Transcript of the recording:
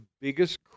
biggest